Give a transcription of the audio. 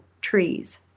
trees